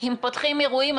אם פותחים אירועים,